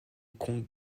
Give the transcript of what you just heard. compte